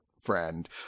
friend